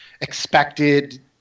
expected